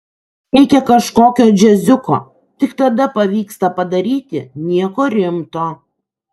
reikia kažkokio džiaziuko tik tada pavyksta padaryti nieko rimto